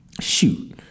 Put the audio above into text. Shoot